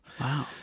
Wow